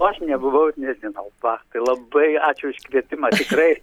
o aš nebuvau ir nežinau va tai labai ačiū už kvietimą tikrai